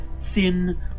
thin